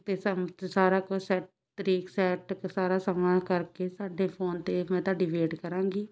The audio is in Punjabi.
ਅਤੇ ਸਮ ਸਾਰਾ ਕੁਛ ਸੈਟ ਤਰੀਕ ਸੈਟ ਸਾਰਾ ਸਮਾਂ ਕਰਕੇ ਸਾਡੇ ਫੋਨ 'ਤੇ ਮੈਂ ਤੁਹਾਡੀ ਵੇਟ ਕਰਾਂਗੀ